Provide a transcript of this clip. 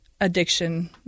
addiction